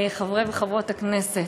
חברי וחברות הכנסת,